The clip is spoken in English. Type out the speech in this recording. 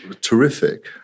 terrific